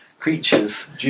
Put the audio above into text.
creatures